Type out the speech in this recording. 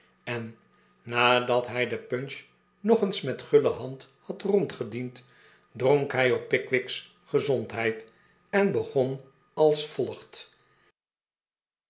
en nadat hij de punch nog eens met guile hand had rondgediend dronk hij op pickwick's gezondheid en begon als volgt